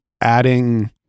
adding